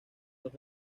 los